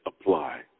apply